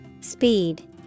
Speed